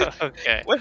Okay